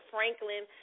Franklin